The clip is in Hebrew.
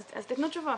אז תתנו תשובות.